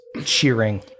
cheering